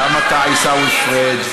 גם אתה, עיסאווי פריג'.